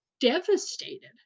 devastated